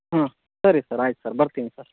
ಹ್ಞೂ ಸರಿ ಸರ್ ಆಯ್ತು ಸರ್ ಬರ್ತೀನಿ ಸರ್